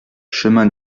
chemin